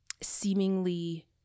seemingly